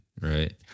right